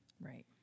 Right